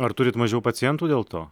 ar turit mažiau pacientų dėl to